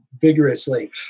vigorously